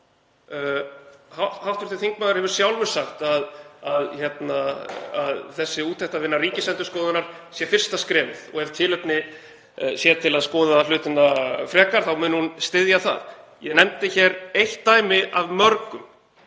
á. Hv. þingmaður hefur sjálfur sagt að þessi úttektarvinna Ríkisendurskoðunar sé fyrsta skrefið og ef tilefni sé til að skoða hlutina frekar þá muni hún styðja það. Ég nefndi hér eitt dæmi af mörgum